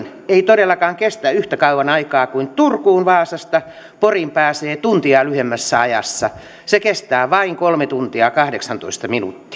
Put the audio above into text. ei todellakaan kestä yhtä kauan aikaa kuin turkuun vaasasta poriin pääsee tuntia lyhyemmässä ajassa se kestää vain kolme tuntia kahdeksantoista minuuttia nämä ovat